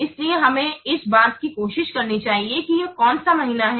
इसलिए हमें इस बात की कोशिश करनी चाहिए कि यह कौन सा महीना है